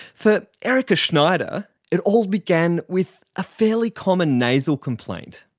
for erica schneider it all began with a fairly common nasal complaint.